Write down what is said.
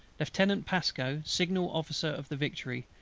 lieutenant pasco, signal officer of the victory,